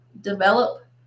develop